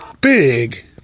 big